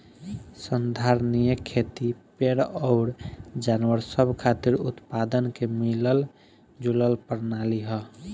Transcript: संधारनीय खेती पेड़ अउर जानवर सब खातिर उत्पादन के मिलल जुलल प्रणाली ह